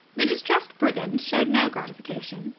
the distressed brigand showed no gratification.